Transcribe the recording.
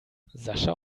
sascha